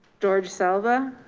george savala.